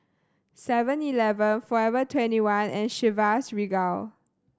Seven Eleven Forever Twenty one and Chivas Regal